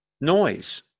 noise